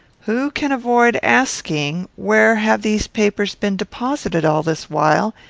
who can avoid asking, where have these papers been deposited all this while,